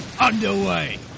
underway